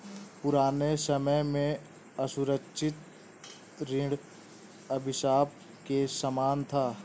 पुराने समय में असुरक्षित ऋण अभिशाप के समान था